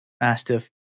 Mastiff